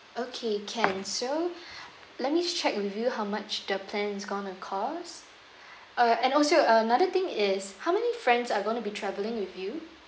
okay can so let me check with you how much the plan is going to cost uh and also another thing is how many friends are going to be travelling with you